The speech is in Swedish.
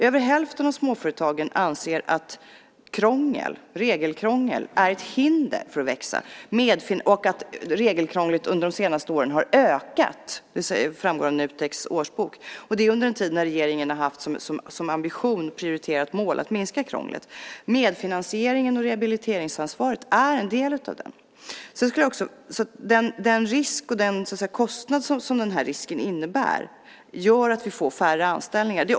Över hälften av småföretagen anser att regelkrångel är ett hinder för att växa och att regelkrånglet under de senaste åren har ökat. Det framgår av Nuteks årsbok. Och detta har skett under en tid då regeringen har haft som ambition och prioriterat mål att minska krånglet. Medfinansieringen och rehabiliteringsansvaret är en del av det. Den kostnad som denna risk innebär gör att vi får färre anställningar.